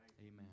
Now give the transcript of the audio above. Amen